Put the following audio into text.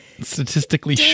Statistically